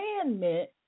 commandment